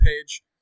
page